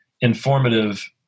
informative